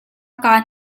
kaa